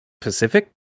Pacific